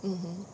mmhmm